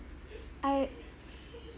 I